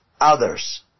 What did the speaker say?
others